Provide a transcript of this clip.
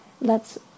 lets